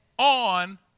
On